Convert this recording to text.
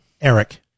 eric